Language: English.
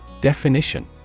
Definition